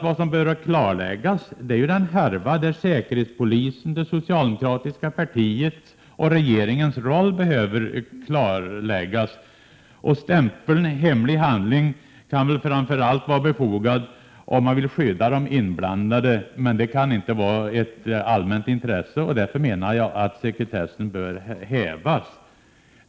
Vad som behöver klarläggas är den roll som säkerhetspolisen, det socialdemokratiska partiet och regeringen har spelat i härvan. Stämpeln ”hemlig handling” kan vara befogad om man vill skydda de inblandade, men det kan inte vara ett allmänt intresse, och därför bör sekretessen hävas.